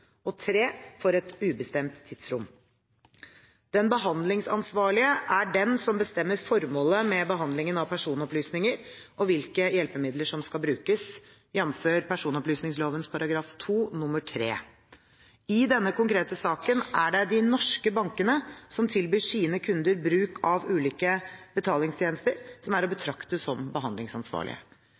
og for et ubestemt tidsrom Den behandlingsansvarlige er den som bestemmer formålet med behandlingen av personopplysninger og hvilke hjelpemidler som skal brukes, jf. personopplysningloven § 2 nr. 3. I denne konkrete saken er det de norske bankene som tilbyr sine kunder bruk av ulike betalingstjenester, som er å betrakte som behandlingsansvarlige.